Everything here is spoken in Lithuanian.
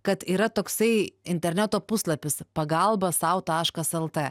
kad yra toksai interneto puslapis pagalba sau taškas lt